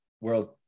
world